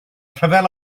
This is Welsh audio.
rhyfel